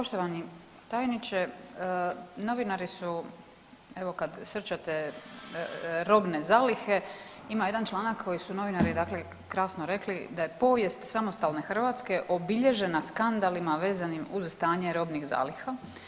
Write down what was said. Poštovani tajniče, novinari su, evo, kad ... robne zalihe, ima jedan članak koji su novinari, dakle, krasno rekli, da je povijest samostalne hrvatske obilježena skandalima vezanim uz stanje robnih zaliha.